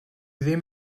ddim